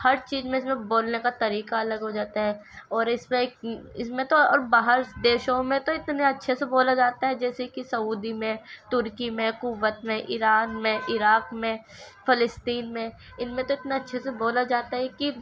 ہر چیز میں اس میں بولنے کا طریقہ الگ ہو جاتا ہے اور اس میں ایک اس میں تو اور باہر دیشوں میں تو اتنے اچھے سے بولا جاتا ہے جیسے کہ سعودی میں ترکی میں کووت میں ایران میں عراق میں فلسطین میں ان میں تو اتنے اچھے سے بولا جاتا ہے کہ